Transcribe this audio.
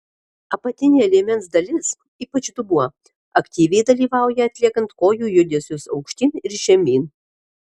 apatinė liemens dalis ypač dubuo aktyviai dalyvauja atliekant kojų judesius aukštyn ir žemyn